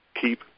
keep